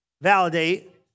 validate